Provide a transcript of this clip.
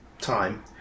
time